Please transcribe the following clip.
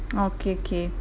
okay okay